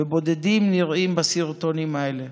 ובודדים נראים בסרטונים האלה,